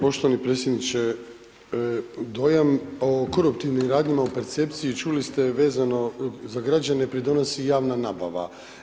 Poštovani predsjedniče, dojam o koruptivnim radnjama u percepciji, čuli ste, vezano za građane pridonosi javna nabava.